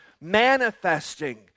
manifesting